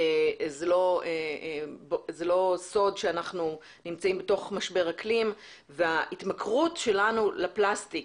אין זה סוד שאנחנו נמצאים בתוך משבר אקלים וההתמכרות שלנו לפלסטיק,